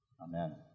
Amen